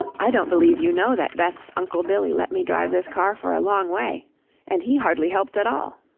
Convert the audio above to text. i don't believe you know that beth's uncle billy let me drive this car for a long way and he hardly helped at all.